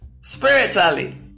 spiritually